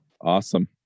Awesome